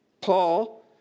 Paul